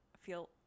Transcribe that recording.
feel